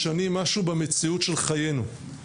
משנים משהו במציאות של חיינו.